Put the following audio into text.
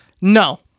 No